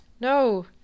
no